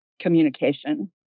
communication